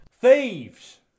THIEVES